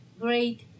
great